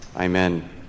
Amen